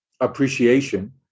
appreciation